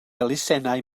elusennau